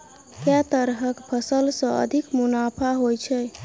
केँ तरहक फसल सऽ अधिक मुनाफा होइ छै?